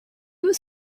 was